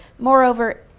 Moreover